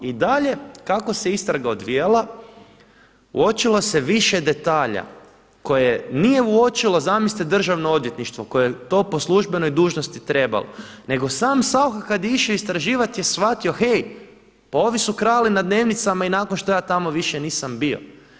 I dalje kako se istraga odvijala uočilo se više detalja koje nije uočilo zamislite državno odvjetništvo koje je to po službenoj dužnosti trebalo nego sam Saucha kada je išao istraživati je shvatio, hej, pa ovi su krali na dnevnicama i nakon što ja tamo više nisam bio.